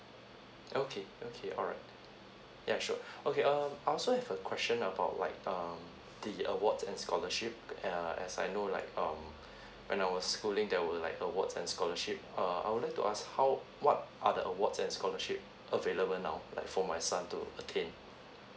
okay okay alright yeah sure okay um I also have a question about like um the awards and scholarship err as I know like um when I was schooling there were like awards and scholarship err I would like to us how what are the awards and scholarship available now like for my son to attain